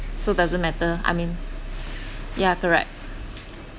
so doesn't matter I mean yeah correct